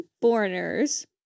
foreigners